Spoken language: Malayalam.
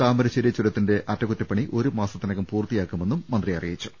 താമരശ്ശേരി ചുരത്തിന്റെ അറ്റകുറ്റപണി ഒരു മാസത്തിനകം പൂർത്തിയാക്കുമെന്നും മന്ത്രി അറിയിച്ചു